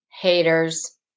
haters